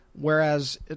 Whereas